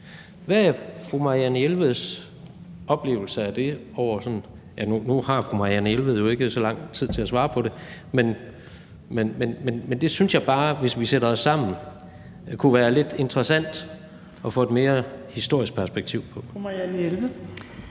Hvad er fru Marianne Jelveds oplevelse af det? Nu har fru Marianne Jelved jo ikke så lang tid til at svare på det, men jeg synes bare, at det, hvis vi sætter os sammen, kunne være lidt interessant at få et mere historisk perspektiv på